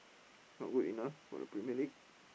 not good enough for the Premier-League